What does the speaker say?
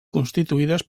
constituïdes